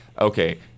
okay